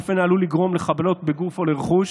באופן העלול לגרום לחבלות בגוף או נזק לרכוש,